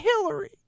Hillary